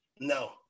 No